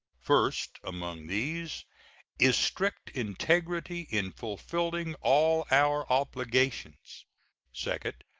first among these is strict integrity in fulfilling all our obligations second,